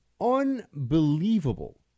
unbelievable